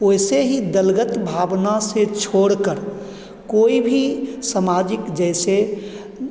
ऐसे ही दलगत भावना से छोड़कर कोई भी सामाजिक जैसे